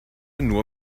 nur